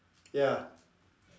ya